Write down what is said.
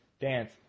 dance